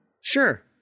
Sure